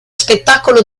spettacolo